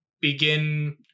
begin